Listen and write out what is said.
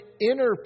inner